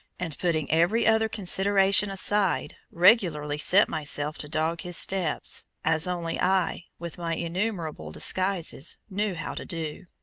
and putting every other consideration aside, regularly set myself to dog his steps, as only i, with my innumerable disguises, knew how to do.